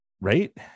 right